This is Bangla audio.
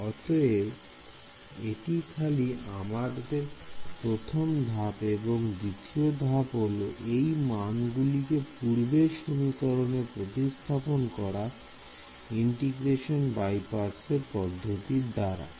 অতএব এটি ছিল আমাদের প্রথম ধাপ এবং দ্বিতীয় ধাপ হলো এই মান গুলিকে পূর্বের সমীকরণে প্রতিস্থাপন করা ইন্টিগ্রেশন বাই পার্টস এর পদ্ধতির দ্বারা